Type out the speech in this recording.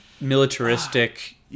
militaristic